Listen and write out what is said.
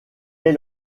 est